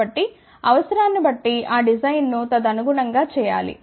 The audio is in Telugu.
కాబట్టి అవసరాన్ని బట్టి ఆ డిజైన్ను తదనుగుణం గా చేయాలి